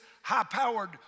high-powered